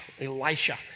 Elisha